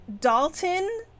Dalton